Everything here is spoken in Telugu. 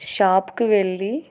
షాప్కి వెళ్ళి